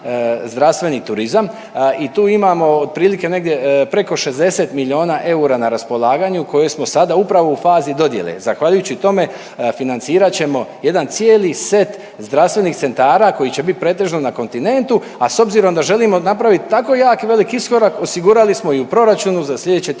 zdravstveni turizam i tu imamo otprilike negdje preko 60 milijuna eura na raspolaganju koje smo sada upravo u fazi dodjele. Zahvaljujući tome financirat ćemo jedan cijeli set zdravstvenih centara koji će biti pretežno na kontinentu, a s obzirom da želimo napravit tako jak i velik iskorak osigurali smo i u proračunu za sljedeće